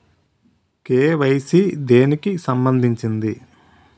KYC దేనికి సంబందించింది?